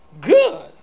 good